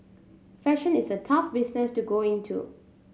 fashion is a tough business to go into